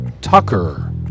Tucker